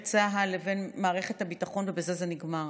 צה"ל לבין מערכת הביטחון ובזה זה נגמר.